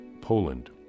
Poland